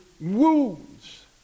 wounds